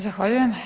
Zahvaljujem.